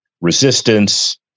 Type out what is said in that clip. resistance